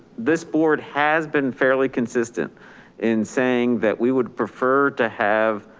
this board has been fairly consistent in saying that we would prefer to have